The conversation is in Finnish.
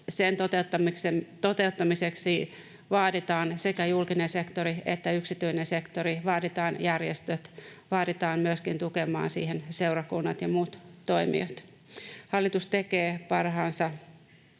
Sen toteuttamiseksi vaaditaan sekä julkinen sektori että yksityinen sektori, vaaditaan järjestöt, siihen vaaditaan myöskin tukemaan seurakunnat ja muut toimijat. Hallitus tekee parhaansa